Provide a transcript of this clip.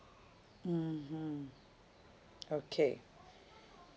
mmhmm okay